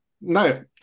no